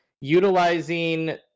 utilizing